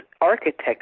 architect